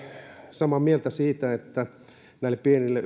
samaa mieltä siitä että näissä pienissä